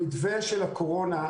במתווה של הקורונה,